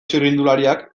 txirrindulariak